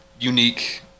unique